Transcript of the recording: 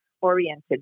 oriented